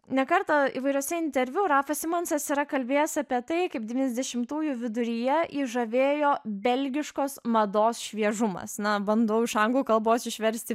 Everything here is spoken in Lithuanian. ne kartą įvairiuose interviu rafas simonsas yra kalbėjęs apie tai kaip devyniasdešimtųjų viduryje jį žavėjo belgiškos mados šviežumas na bandau iš anglų kalbos išversti